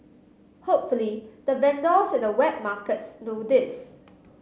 hopefully the vendors at the wet markets know this